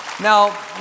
Now